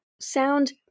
Sound